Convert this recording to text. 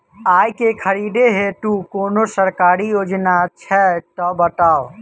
आइ केँ खरीदै हेतु कोनो सरकारी योजना छै तऽ बताउ?